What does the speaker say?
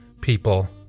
people